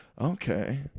Okay